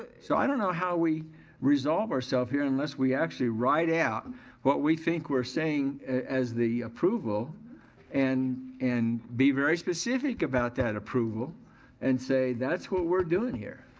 so i don't know how we resolve ourself here unless we actually write out what we think we're saying as the approval and and be very specific about that approval and say, that's what we're doing here.